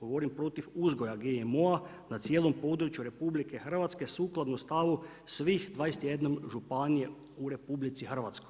Govorim protiv uzgoja GMO-a na cijelom području RH sukladno stavu svih 21 županije u RH.